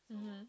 mmhmm